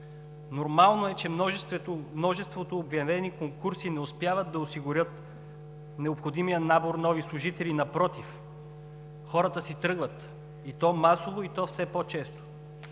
Нормално е, че множеството обявени конкурси не успяват да осигурят необходимия набор от нови служители, напротив – хората си тръгват, и то масово, и то все по-често.